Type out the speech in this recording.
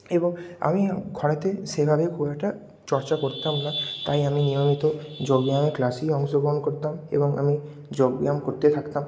এবং আমি ঘরে সেভাবেই খুব একটা চর্চা করতাম না তাই আমি নিয়মিত যোগব্যায়ামের ক্লাসেই অংশগ্রহণ করতাম এবং আমি যোগব্যায়াম করতে থাকতাম